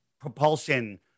propulsion